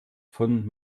von